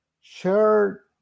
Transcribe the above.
share